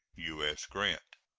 u s. grant.